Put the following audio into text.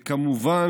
וכמובן,